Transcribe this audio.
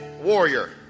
warrior